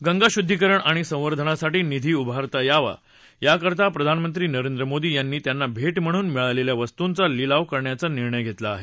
गंगा शुद्धीकरण आणि संवर्धनासाठी निधी उभारता यावा याकरता प्रधानमंत्री नरेंद्र मोदी यांनी त्यांना भेट म्हणून मिळालेल्या वस्तुंचा लिलाव करण्याचा निर्णय घेतला आहे